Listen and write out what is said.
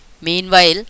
Meanwhile